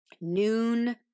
Noon